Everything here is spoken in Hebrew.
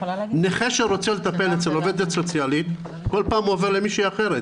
נכה שרוצה לטפל אצל עובדת סוציאלית כל פעם הוא עובר למישהי אחרת,